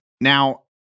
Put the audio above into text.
Now